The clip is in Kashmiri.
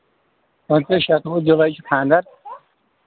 پٕنٛژٕ شَتہٕ وُہ جُولَے چھُ خاندر